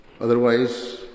Otherwise